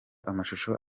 amashusho